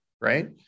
right